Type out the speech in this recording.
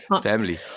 family